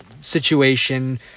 situation